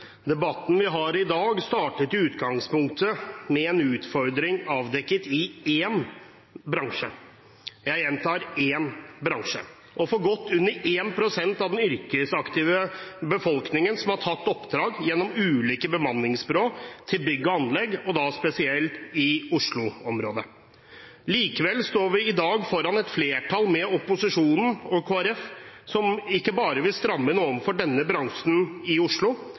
Debatten vi har i dag, startet i utgangspunktet med en utfordring avdekket i én bransje – jeg gjentar én bransje – og for godt under 1 pst. av den yrkesaktive befolkningen som har tatt oppdrag gjennom ulike bemanningsbyrå innen bygg og anlegg, da spesielt i Oslo-området. Likevel står vi i dag foran et flertall, bestående av opposisjonen og Kristelig Folkeparti, som ikke bare vil stramme inn overfor denne bransjen i Oslo,